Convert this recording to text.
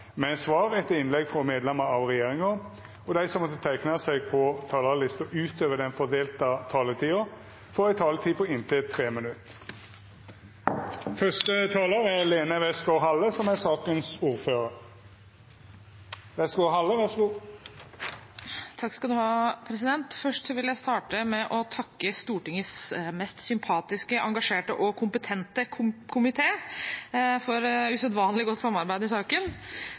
med svar etter innlegg frå medlemer av regjeringa, og dei som måtte teikna seg på talarlista utover den fordelte taletida, får òg ei taletid på inntil 3 minutt. Først vil jeg starte med å takke Stortingets mest sympatiske, engasjerte og kompetente komité for usedvanlig godt samarbeid i saken.